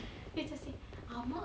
ya